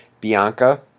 Bianca